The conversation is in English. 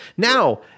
Now